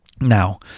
Now